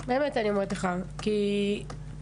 באמת אני אומרת לך, כי קשה.